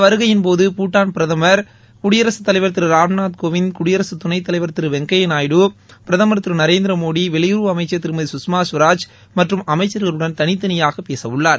வருகையின் போது பூடான் பிரதமர் குடியரசு தலைவர் திரு ராமநாத்கோவிந்த் இந்த குடியரசுத் துணைத் தலைவர் திரு வெங்கையா நாயுடு பிரதமர் திரு நநரேந்திமோடி வெளியுறவு அமைச்சர் திருமதி சுஷ்மா ஸ்வராஜ் மற்றும் அமைச்சர்களுடன் தனித்தனியாக பேசவுள்ளார்